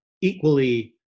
equally